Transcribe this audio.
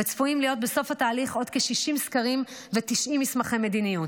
וצפויים להיות בסוף התהליך עוד כ-60 סקרים ו-90 מסמכי מדיניות.